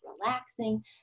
relaxing